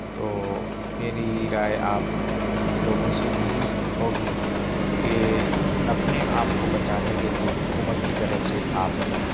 تو میری رائے آپ لوگوں سے یہی ہوگی کہ اپنے آپ کو بچانے کے لیے حکومت کی طرف سے آپ کو